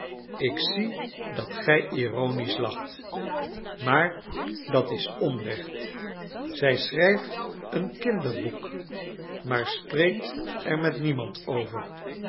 ik zie dat gij ironisch lacht maar dat is onrecht zij schrijft een kinderboek maar spreekt er met niemand over